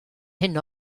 hyn